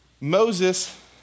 Moses